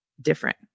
different